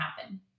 happen